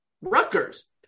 Rutgers